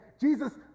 Jesus